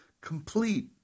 complete